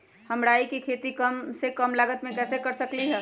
हम राई के खेती कम से कम लागत में कैसे कर सकली ह?